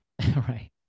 right